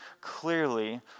clearly